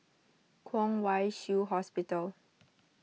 Kwong Wai Shiu Hospital